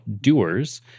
doers